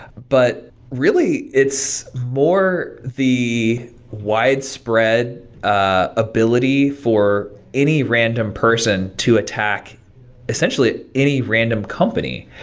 but really it's more the widespread ability for any random person to attack essentially any random company.